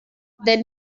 den